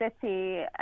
city